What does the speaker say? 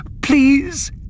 Please